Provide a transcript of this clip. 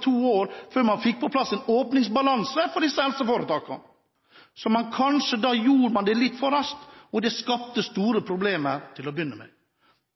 to år før man fikk på plass en åpningsbalanse for disse helseforetakene. Man gjorde det kanskje litt for raskt, og det skapte store problemer til å begynne med.